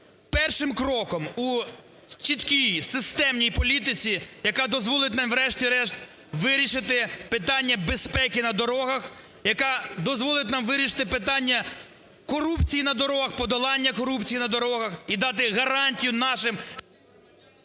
першим кроком у чіткій системній політиці, яка дозволить нам врешті-решт вирішити питання безпеки на дорогах, яка дозволить нам вирішити питання корупції на дорогах, подолання корупції на дорогах. І дати гарантію нашим…